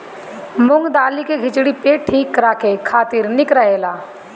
मूंग दाली के खिचड़ी पेट ठीक राखे खातिर निक रहेला